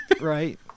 Right